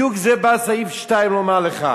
בדיוק את זה בא סעיף 2 לומר לך: